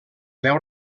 veu